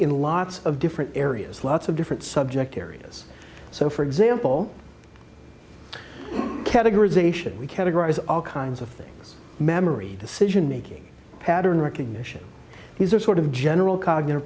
in lots of different areas lots of different subject areas so for example categorization we categorize all kinds of things memory decision making pattern recognition these are sort of general cognitive